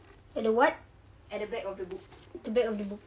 at the what at the back of the book